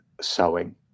sewing